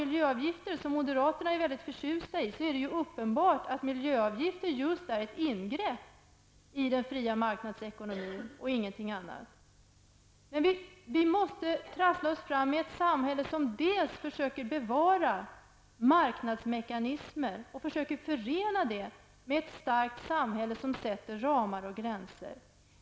Miljöavgiften, som moderaterna är väldigt förtjusta i, är uppenbart ett ingrepp i den fria marknadsekonomin, ingenting annat. Vi måste trassla oss fram i ett samhälle, som försöker bevara marknadsmekanismer och förena dem med ett starkt samhälle, som sätter ramar och gränser.